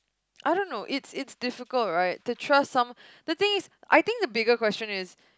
I don't know it's it's difficult right to trust some the thing is I think the bigger question is